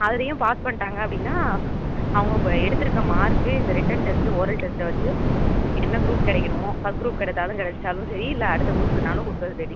அதுலையும் பாஸ் பண்ணிட்டாங்க அப்படின்னா அவங்க எடுத்துருக்க மார்க்கு இந்த ரிட்டர்ன் டெஸ்ட்டு ஓரல் டெஸ்ட்டை வச்சு என்ன குரூப் கிடைக்கணுமோ ஃபர்ஸ்ட் குரூப் கிடச்சாலும் கிடச்சாலும் சரி இல்லை அடுத்த குரூப்க்குனாலும் கொடுத்தா சரி